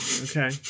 okay